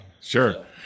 Sure